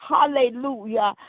Hallelujah